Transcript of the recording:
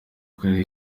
karere